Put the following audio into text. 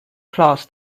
class